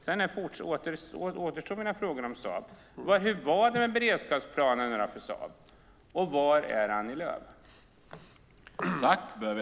Sedan återstår mina frågor om Saab. Hur var det med beredskapsplanerna för Saab, och var är Annie Lööf?